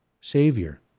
Savior